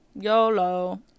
YOLO